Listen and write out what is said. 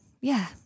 Yeah